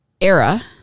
era